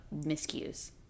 miscues